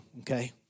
okay